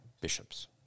bishops